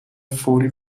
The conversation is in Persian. فوری